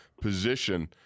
position